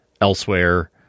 elsewhere